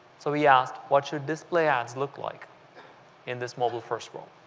so we asked what should display ads look like in this mobile-first world